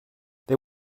they